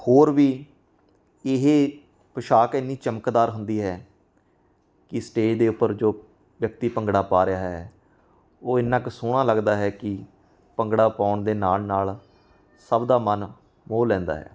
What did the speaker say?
ਹੋਰ ਵੀ ਇਹ ਪੌਸ਼ਾਕ ਇੰਨੀ ਚਮਕਦਾਰ ਹੁੰਦੀ ਹੈ ਕਿ ਸਟੇਜ ਦੇ ਉੱਪਰ ਜੋ ਵਿਅਕਤੀ ਭੰਗੜਾ ਪਾ ਰਿਹਾ ਹੈ ਉਹ ਇੰਨਾਂ ਕੁ ਸੋਹਣਾ ਲੱਗਦਾ ਹੈ ਕਿ ਭੰਗੜਾ ਪਾਉਣ ਦੇ ਨਾਲ ਨਾਲ ਸਭ ਦਾ ਮਨ ਮੋਹ ਲੈਂਦਾ ਹੈ